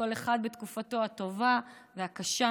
כל אחד בתקופתו הטובה והקשה.